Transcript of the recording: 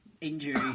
Injury